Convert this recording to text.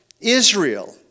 Israel